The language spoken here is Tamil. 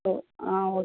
ஆ ஓகே